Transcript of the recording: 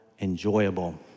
enjoyable